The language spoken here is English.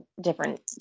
different